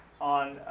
on